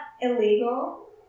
illegal